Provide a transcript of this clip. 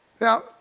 Now